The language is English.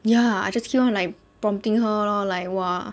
ya I just keep on like prompting her lor like !wah!